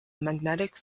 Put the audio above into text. magnetic